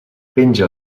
penja